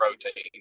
protein